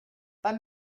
beim